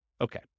Okay